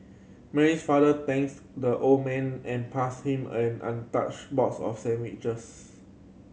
Mary's father thanks the old man and passed him an untouched box of sandwiches